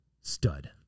stud